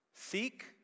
Seek